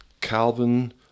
Calvin